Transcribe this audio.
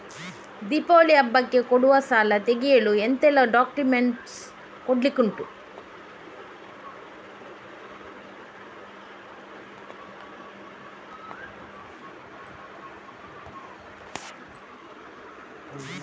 ದೀಪಾವಳಿ ಹಬ್ಬಕ್ಕೆ ಕೊಡುವ ಸಾಲ ತೆಗೆಯಲು ಎಂತೆಲ್ಲಾ ಡಾಕ್ಯುಮೆಂಟ್ಸ್ ಕೊಡ್ಲಿಕುಂಟು?